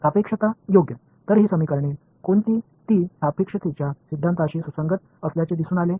सापेक्षता योग्य तर ही समीकरणे कोणती ती सापेक्षतेच्या सिद्धांताशी सुसंगत असल्याचे दिसून आले